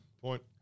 Point